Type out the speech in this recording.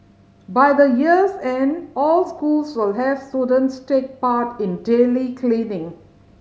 by the year's end all schools will have students take part in daily cleaning